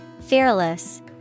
Fearless